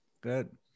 Good